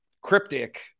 cryptic